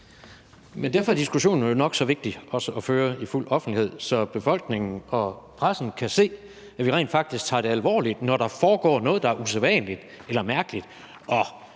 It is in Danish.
Men derfor er diskussionen jo nok så vigtig også at føre i fuld offentlighed, så befolkningen og pressen kan se, at vi rent faktisk tager det alvorligt, når der foregår noget, der er usædvanligt eller mærkeligt.